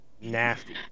nasty